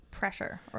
pressure